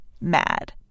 mad